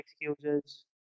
excuses